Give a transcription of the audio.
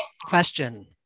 question